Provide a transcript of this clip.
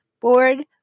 board